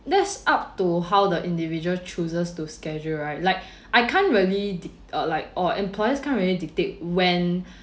that's up to how the individual chooses to schedule right like I can't really dic~ uh like or employers can't really dictate when